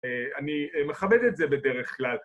אני מכבד את זה בדרך כלל.